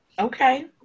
Okay